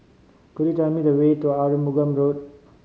could you tell me the way to Arumugam Road